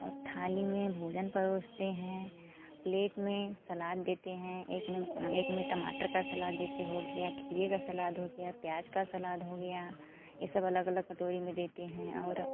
और थाली में भोजन परोसते हैं प्लेट में सलाद देते हैं एक में एक में टमाटर का सलाद जैसे हो गया खीरे का सलाद हो गया प्याज का सलाद हो गया ये सब अलग अलग कटोरी में देते हैं और